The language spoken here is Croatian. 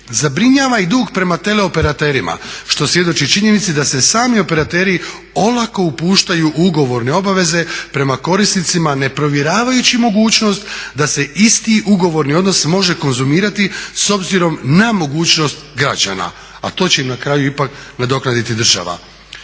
Zabrinjava i dug prema teleoperaterima, što svjedoči činjenici da se sami operateri olako upuštaju u ugovorne obaveze prema korisnicima neprovjeravajući mogućnost da se isti ugovorni odnos može konzumirati s obzirom na mogućnost građana, a to će im na kraju ipak nadoknaditi država.